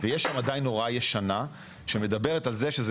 ויש שם עדיין הוראה ישנה שמדברת על זה שזה